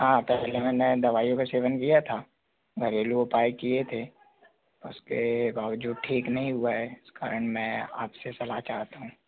हाँ पहले मैंने दवाईयों का सेवन किया था घरेलू उपाय किए थे उसके बावजूद ठीक नहीं हुआ है इस कारण मैं आपसे सलाह चाहता हूँ